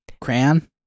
crayon